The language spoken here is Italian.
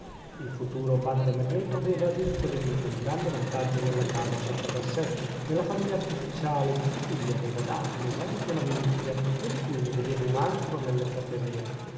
il futuro padre anacleto aveva dunque veduto un grande vantaggio nella casa fatta da sè nella famiglia artificiale di cui gli aveva dato un esempio la milizia e di cui ne vedeva un altro nelle fraterie